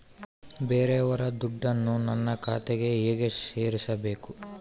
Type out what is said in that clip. ಬೇರೆಯವರ ದುಡ್ಡನ್ನು ನನ್ನ ಖಾತೆಗೆ ಹೇಗೆ ಸೇರಿಸಬೇಕು?